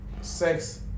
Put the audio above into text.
sex